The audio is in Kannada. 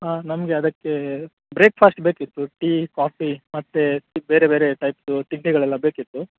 ಆ ನಮಗೆ ಅದಕ್ಕೆ ಬ್ರೇಕ್ಫಾಸ್ಟ್ ಬೇಕಿತ್ತು ಟೀ ಕಾಫಿ ಮತ್ತು ಬೇರೆ ಬೇರೆ ಟೈಪ್ದು ತಿಂಡಿಗಳೆಲ್ಲ ಬೇಕಿತ್ತು